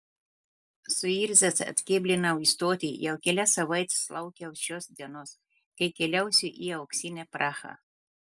suirzęs atkėblinau į stotį jau kelias savaites laukiau šios dienos kai keliausiu į auksinę prahą